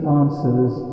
answers